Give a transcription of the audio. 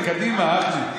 זה קדימה, אחמד.